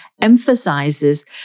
emphasizes